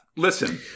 Listen